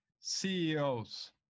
CEOs